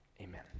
amen